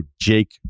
Jake